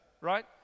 right